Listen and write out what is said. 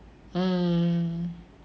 mm